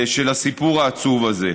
של הסיפור העצוב הזה.